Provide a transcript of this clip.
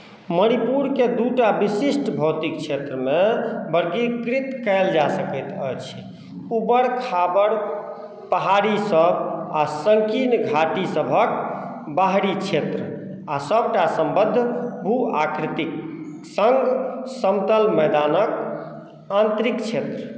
मणिपुरकेँ दूटा विशिष्ट भौतिक क्षेत्रमे वर्गीकृत कयल जा सकैत अछि उबड़ खाबड़ पहाड़ीसभ आ सङ्कीर्ण घाटीसभक बाहरी क्षेत्र आ सभटा सम्बद्ध भू आकृतिक सङ्ग समतल मैदानक आन्तरिक क्षेत्र